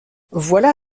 voilà